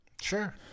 Sure